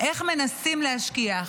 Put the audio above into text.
איך מנסים להשכיח.